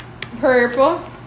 Purple